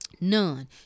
none